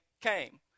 came